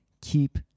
keep